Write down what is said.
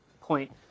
point